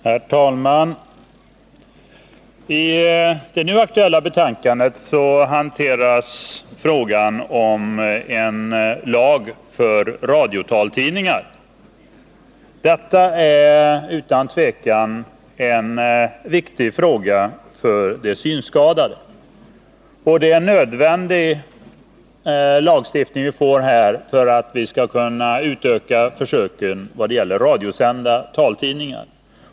Herr talman! I det här aktuella betänkandet hanteras frågan om en lag rörande radiotaltidningar. Detta är utan tvivel en viktig fråga för de synskadade, och det är nödvändigt att vi får denna lagstiftning för att vi skall kunna utöka försöken vad gäller radiosända taltidningar.